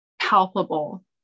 palpable